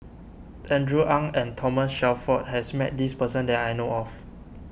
Andrew Ang and Thomas Shelford has met this person that I know of